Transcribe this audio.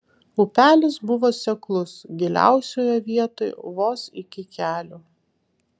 upelis buvo seklus giliausioje vietoj vos iki kelių